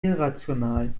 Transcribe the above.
irrational